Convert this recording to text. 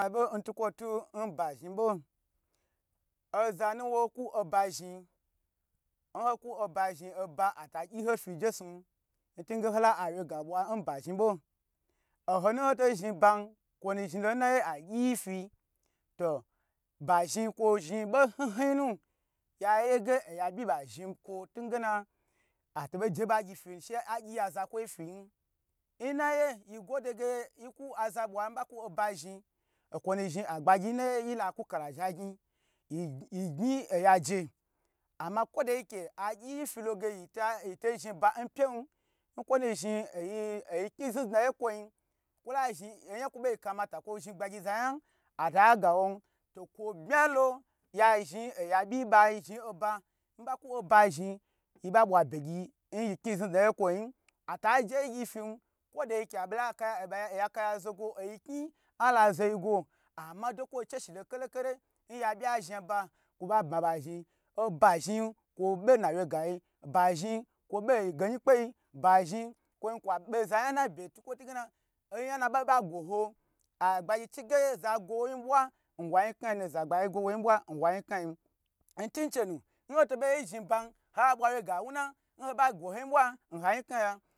Abo ndukwo tu nba zhni ba osanu woku oba zhni oba zhni atagyi hofi je sun ntinge hola awye ga bwa nba zhni bo oho nu ho to zhni ba kwo nu zhni lo nye agyi yi fi to ba zhni kwo zhni bo nu bo hn hn nu yaye ge oya byi ba zhni kwantingena atobo je bagyi fin she agyi ya zakwo yi fiyi nnayi yi gwode ge yi kwa aza bwa nba ku oba zhni okwo nu zhni agbagyi naye yi la kuka zha gyn yi yi gyn aya ji ama kwa da ke agyi yi fila ge yita zhniba pye nkwo nu zhni ayi kai zni dna ye nkwoyi kwa zhni oyan kwo bo kamata kwo zhni gbagyi zayan ata gawon to kwo bma lo ya zhni oya bya ba zhni ba nba ku ob zhni yi ba bwa bye gyi nyikni zni dna ye kwo yin ata je yi gyi fin kwo da ike abela oba eya kaya zogo oyi kni ala zoyi gwa ama ado, kwo che shi lo kele kele nya byi zhni ba kwo ba bma ba zhni oba zhni kwo he be na wye ga yi ba zhni kwo be ngeyi kpeyi ba zhni kwo zhni kwa be za yan na be ntukwo tu ngama iyan na biba gwo ho ghbagyi chige za gwo wo yin dwa na yinkna yina, zagbayi gwo wo yin bwa n wa yinkna yina, zagbayi gwo wo yin bwa n wa yinkna yi nu ntunchei nu nhoto boi zhni ba nha bwa wye ga wuna nho ba gwo hoyi bwa nhayinkaya.